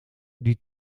die